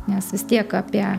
nes vis tiek apie